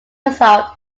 result